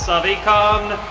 so of econ,